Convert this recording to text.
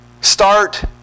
start